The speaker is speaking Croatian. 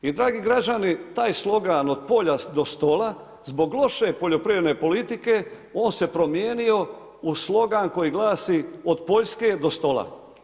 I dragi građani taj slogan od polja do stola zbog loše poljoprivredne politike on se promijenio u slogan koji glasi od Poljske do stola.